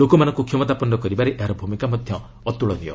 ଲୋକମାନଙ୍କୁ କ୍ଷମତାପନ୍ନ କରିବାରେ ଏହାର ଭୂମିକା ମଧ୍ୟ ଅତୁଳନୀୟ